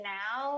now